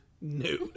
No